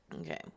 Okay